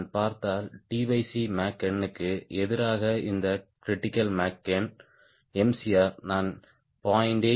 நான் பார்த்தால் மேக் நம்பர்க்கு எதிராக இந்த கிரிட்டிக்கல் மேக் நம்பர் Mcr நான் 0